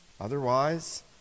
Otherwise